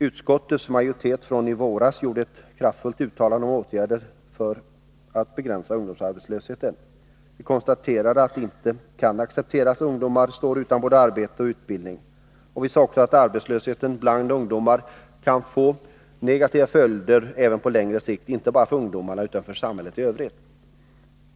Utskottets majoritet i våras gjorde ett kraftfullt uttalande i den riktningen. Vi konstaterade att det inte kan accepteras att ungdomar står utan både arbete och utbildning. Vi framhöll också att arbetslösheten bland ungdomarna kan få negativa följder även på längre sikt, inte bara för ungdomarna utan även för samhället i övrigt.